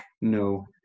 no